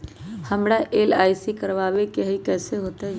हमरा एल.आई.सी करवावे के हई कैसे होतई?